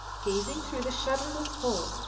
gazing through the shutterless hole,